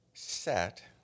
set